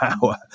power